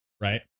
right